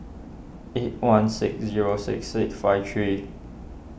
eight one six zero six six five three